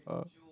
ah